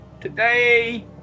Today